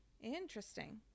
interesting